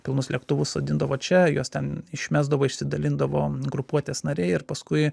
pilnus lėktuvus sodindavo čia juos ten išmesdavo išsidalindavo grupuotės nariai ir paskui